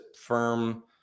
firm